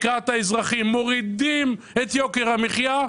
לקראת האזרחים, ומורידים את יוקר המחיה?